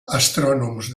astrònoms